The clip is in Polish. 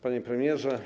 Panie Premierze!